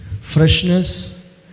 Freshness